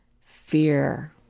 fear